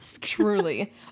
Truly